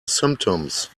symptoms